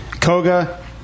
Koga